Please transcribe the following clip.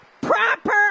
proper